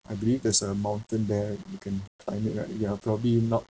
I believe there's a mountain there we can climb it lah we are probably not